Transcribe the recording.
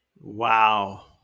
Wow